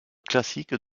classiques